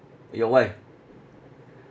your wife